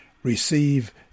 receive